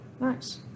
Nice